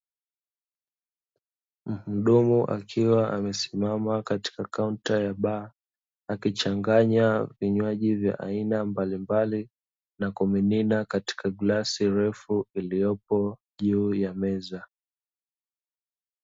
Muhudumu akiwa amesimama katika kaunta ya baa, akichanganya vinywaji vya aina mbalimbali, na kumimina katika glasi ndefu iliyopo juu ya meza.